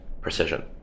precision